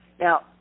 Now